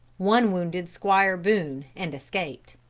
one wounded squire boone, and escaped.